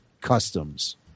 Customs